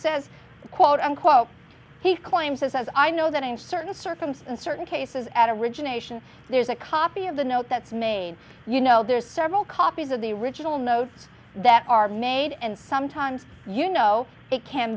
says quote unquote he claims as i know that i'm certain circumstance or in cases at origination there's a copy of the note that's made you know there's several copies of the original notes that are made and sometimes you know it can